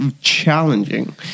challenging